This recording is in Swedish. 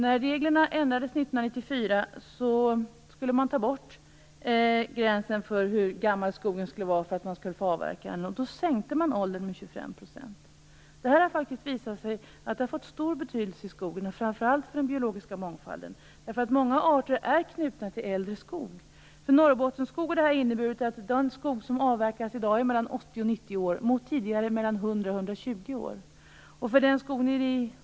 När reglerna ändrades 1994 skulle man ta bort gränsen för hur gammal skogen skulle vara för att man skulle få avverka den. Då sänktes åldern med 25 %. Det har visat sig att detta har fått stor betydelse i skogen, och framför allt för den biologiska mångfalden. Många arter är knutna till äldre skog. För Norrbottenskogen har detta inneburit att den skog som avverkas i dag är 80-90 år. Tidigare var den 100-120 år.